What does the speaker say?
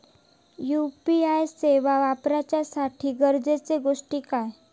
UPI सेवा वापराच्यासाठी गरजेचे गोष्टी काय?